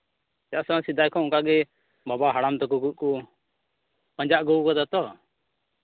ᱪᱮᱫᱟᱜ ᱥᱮ ᱥᱮᱫᱟᱭ ᱠᱷᱚᱱ ᱚᱱᱠᱟᱜᱮ ᱵᱟᱵᱟ ᱦᱟᱲᱟᱢ ᱛᱟᱠᱚ ᱠᱚ ᱯᱟᱸᱡᱟ ᱟᱹᱜᱩᱣ ᱠᱟᱫᱟ ᱛᱚ